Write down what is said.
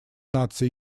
наций